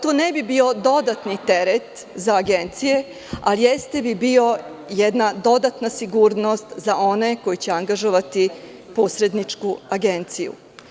To ne bio dodatni teret za agencije, a bila bi jedna dodatna sigurnost za one koji će angažovati posredničku agenciju.